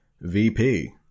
VP